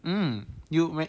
um you might